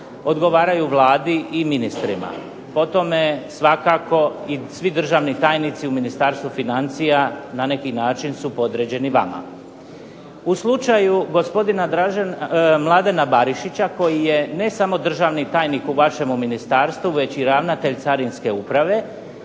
odgovaraju Vladi i ministrima. Po tome svakako i svi državni tajnici u Ministarstvu financija na neki način su podređeni vama. U slučaju gospodina Mladena Barišića koji je ne samo državni tajnik u vašemu ministarstvu, već i ravnatelj carinske uprave,